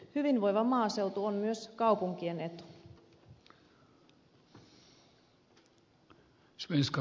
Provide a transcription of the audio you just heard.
hyvinvoiva maaseutu on myös kaupunkien etu